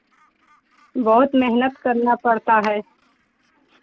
बहुत मेहनत करना पड़ता है